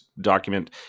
document